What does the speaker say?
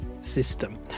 system